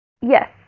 yes